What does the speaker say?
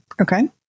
Okay